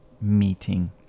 meeting